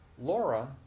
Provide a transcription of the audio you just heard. Laura